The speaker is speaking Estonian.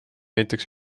näiteks